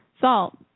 salt